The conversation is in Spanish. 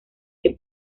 que